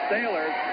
Sailors